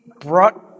brought